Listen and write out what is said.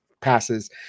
passes